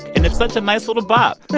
and it's such a nice little bop